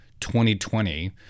2020